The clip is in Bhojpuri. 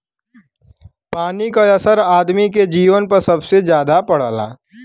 पानी क असर आदमी के जीवन पे सबसे जादा पड़ला